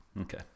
Okay